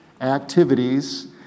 activities